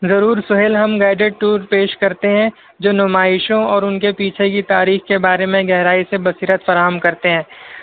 ضرور سہیل ہم guided tour پیش کرتے ہیں جو نمائشوں اور ان کے پیچھے کی تاریخ کے بارے میں گہرائی سے بصیرت فراہم کرتے ہیں